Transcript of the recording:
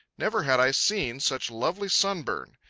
never had i seen such lovely sunburn.